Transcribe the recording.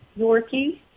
Yorkie